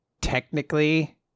technically